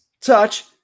Touch